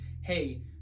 Hey